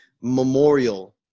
memorial